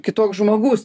kitoks žmogus